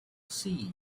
siege